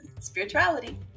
spirituality